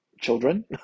children